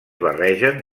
barregen